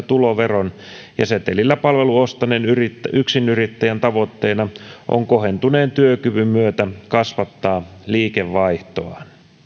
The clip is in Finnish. tuloveron ja setelillä palvelun ostaneen yksinyrittäjän tavoitteena on kohentuneen työkyvyn myötä kasvattaa liikevaihtoaan